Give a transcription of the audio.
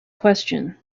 question